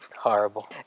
Horrible